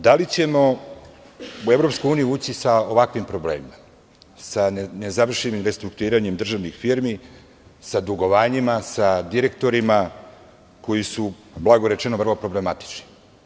Da li ćemo u EU ući sa ovakvim problemom, sa nezavršenim restrukturiranjem državnih firmi, sa direktorima koji su, blago rečeno, vrlo problematični.